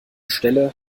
stelle